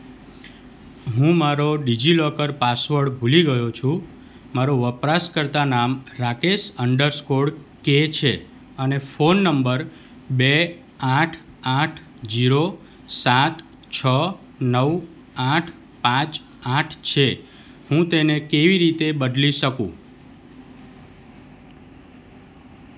હું મારો DigiLocker password ભૂલી ગયો છું મારું વપરાશકર્તા નામ રાકેશ અંડર સ્કોર કે છે અને ફોન નંબર બે આઠ આઠ ઝીરો સાત છ નવ આઠ પાંચ આઠ છે હું તેને કેવી રીતે બદલી શકું